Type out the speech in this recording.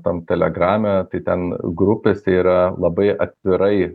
tam telegrame tai ten grupėse yra labai atvirai